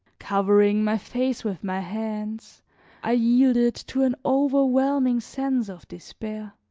covering my face with my hands i yielded to an overwhelming sense of despair.